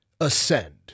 ascend